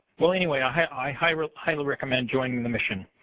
well anyway i highly highly recommend joining the mission.